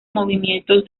movimientos